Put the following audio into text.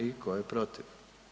I tko je protiv?